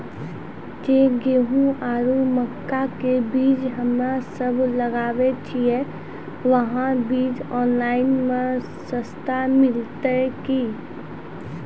जे गेहूँ आरु मक्का के बीज हमे सब लगावे छिये वहा बीज ऑनलाइन मे सस्ता मिलते की?